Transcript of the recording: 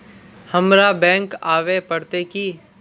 हमरा बैंक आवे पड़ते की?